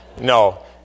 No